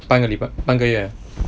半个礼拜半个月